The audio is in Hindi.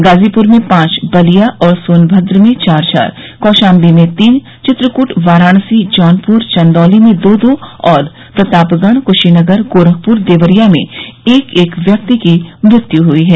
गाजीप्र में पांच बलिया और सोनभद्र में चार चार कौशाम्बी में तीन चित्रकूट वाराणसी जौनपुर चन्दौली में दो दो और प्रतापगढ़ क्शीनगर गोरखपुर देवरिया में एक एक व्यक्ति की मृत्यु हुई है